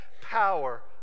power